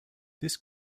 this